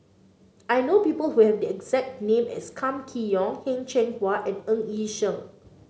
I know people who have the exact name as Kam Kee Yong Heng Cheng Hwa and Ng Yi Sheng